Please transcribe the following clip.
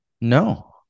No